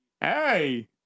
Hey